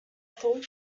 thought